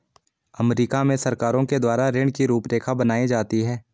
अमरीका में सरकारों के द्वारा ऋण की रूपरेखा बनाई जाती है